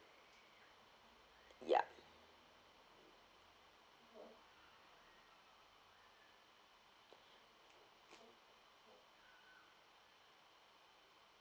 ya